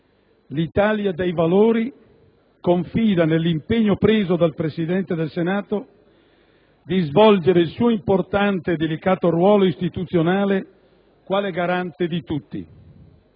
L'Italia dei Valori confida nell'impegno preso dal Presidente del Senato di svolgere il suo importante e delicato ruolo istituzionale quale garante di tutti.